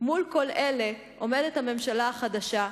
מול כל אלה עומדת הממשלה החדשה,